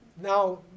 now